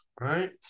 right